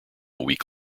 week